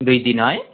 दुई दिन है